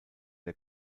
der